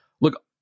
look